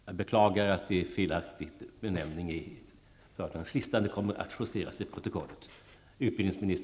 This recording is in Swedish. Jag beklagar att frågan har fått en felaktig benämning i föredragningslistan. Det kommer att justeras till protokollet.